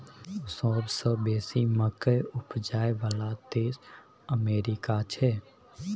सबसे बेसी मकइ उपजाबइ बला देश अमेरिका छै